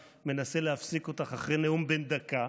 מנסה להפסיק אותך אחרי נאום בן דקה,